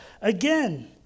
again